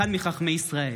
אחד מחכמי ישראל.